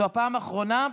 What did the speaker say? זאת הפעם האחרונה.